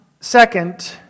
Second